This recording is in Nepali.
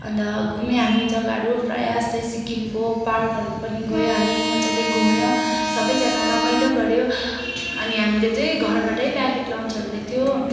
अन्त घुम्यौँ हामी जग्गाहरू प्रायःजस्तो सिक्किमको पार्कहरू पनि गयौँ हामी मजाले घुम्यौँ सबैजना रमाइलो गर्यौँ अनि हामीले चाहिँ घरबाटै प्याकेट लन्चहरू ल्याएको थियौँ